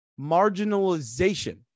Marginalization